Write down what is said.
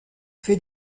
fait